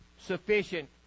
sufficient